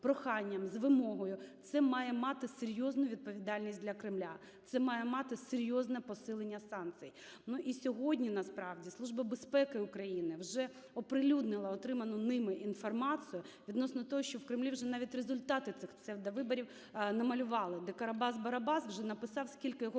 проханням, з вимогою – це має мати серйозну відповідальність для Кремля, це має мати серйозне посилення санкцій. Ну, і сьогодні насправді Служба безпеки України вже оприлюднила отриману ними інформацію відносно того, що в Кремлі уже навіть результати цих псевдовиборів намалювали, деКарабас Барабас вже написав, скільки його